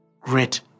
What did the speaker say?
great